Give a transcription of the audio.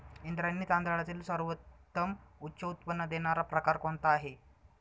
इंद्रायणी तांदळातील सर्वोत्तम उच्च उत्पन्न देणारा प्रकार कोणता आहे?